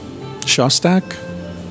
Shostak